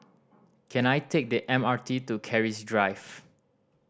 can I take the M R T to Keris Drive